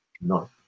no